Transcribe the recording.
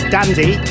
Dandy